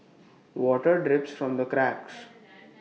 water drips from the cracks